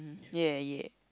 ya ya